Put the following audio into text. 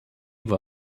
eve